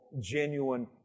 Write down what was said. genuine